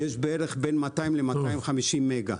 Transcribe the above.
יש בערך בין 200 ל-250 מגה.